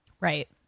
Right